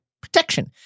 protection